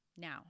Now